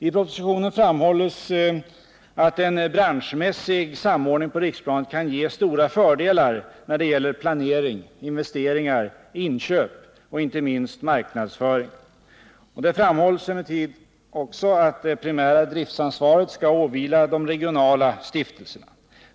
I propositionen framhålls att en branschmässig samordning på riksplanet kan ge stora fördelar när det gäller planering, investeringar, inköp och inte minst marknadsföring. Det framhålls emellertid att det primära driftsansvaret skall åvila de regionala stiftelserna.